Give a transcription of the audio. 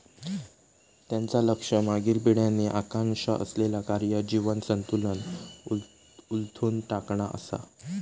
त्यांचा लक्ष मागील पिढ्यांनी आकांक्षा असलेला कार्य जीवन संतुलन उलथून टाकणा असा